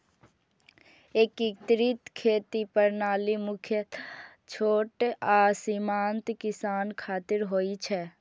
एकीकृत खेती प्रणाली मुख्यतः छोट आ सीमांत किसान खातिर होइ छै